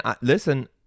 listen